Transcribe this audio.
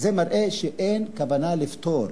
זה מראה שאין כוונה לפתור.